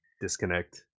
disconnect